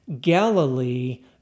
Galilee